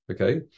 Okay